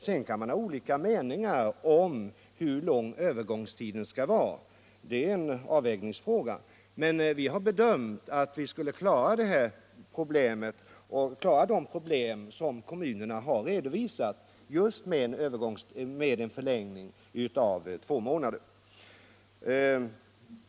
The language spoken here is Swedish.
Sedan kan man ha olika meningar om hur lång övergångstiden skall vara; det är en avvägningsfråga. Men vi har bedömt att vi skulle klara de problem som kommunerna har redovisat genom en förlängning med två månader.